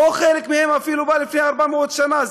או שחלק מהם אפילו בא לפני 400 שנה.